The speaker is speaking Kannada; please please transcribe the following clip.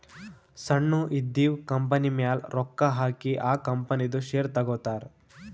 ಸಣ್ಣು ಇದ್ದಿವ್ ಕಂಪನಿಮ್ಯಾಲ ರೊಕ್ಕಾ ಹಾಕಿ ಆ ಕಂಪನಿದು ಶೇರ್ ತಗೋತಾರ್